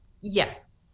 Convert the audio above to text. Yes